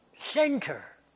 center